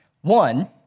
One